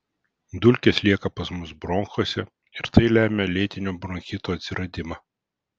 dulkės lieka pas mus bronchuose ir tai lemia lėtinio bronchito atsiradimą